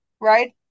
Right